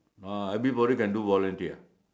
uh everybody can do volunteer